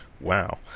Wow